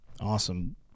Awesome